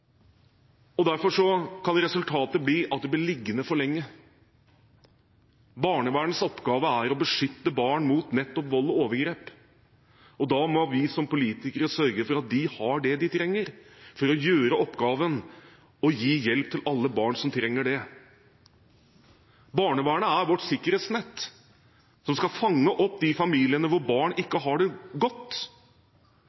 Derfor kan resultatet bli at sakene blir liggende for lenge. Barnevernets oppgave er å beskytte barn mot nettopp vold og overgrep. Da må vi som politikere sørge for at de har det de trenger for å gjøre oppgaven, og gi hjelp til alle barn som trenger det. Barnevernet er vårt sikkerhetsnett som skal fange opp de familiene hvor barn ikke